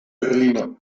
berlino